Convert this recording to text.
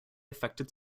affected